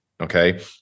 Okay